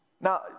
Now